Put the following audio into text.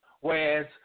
Whereas